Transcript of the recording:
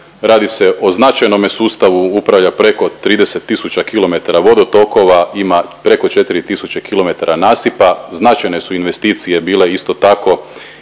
radi se značajnom sustavu, upravlja preko 30 tisuća kilometara vodotokova, ima preko 4 tisuće kilometara nasipa, značajne su investicije bile isto tako